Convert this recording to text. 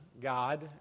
God